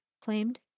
claimed